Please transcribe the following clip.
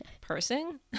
person